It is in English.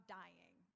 dying